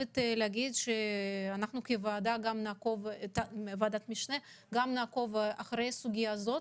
כוועדת המשנה נעקוב אחרי הסוגיה הזו.